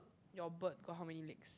your bird got how many legs